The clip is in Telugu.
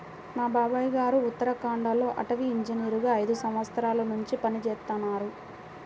మా బాబాయ్ గారు ఉత్తరాఖండ్ లో అటవీ ఇంజనీరుగా ఐదు సంవత్సరాల్నుంచి పనిజేత్తన్నారు